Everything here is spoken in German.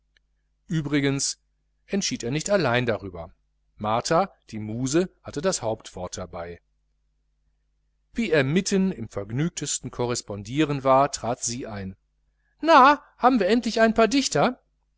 übrigens entschied er nicht allein darüber martha die muse hatte das hauptwort dabei wie er mitten im vergnügtesten correspondieren war trat sie ein na haben wir endlich ein paar dichter